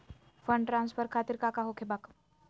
Fund transfer खातिर काका होखे का बा?